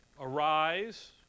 Arise